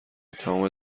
تمام